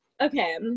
okay